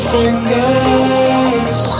fingers